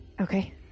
Okay